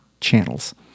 channels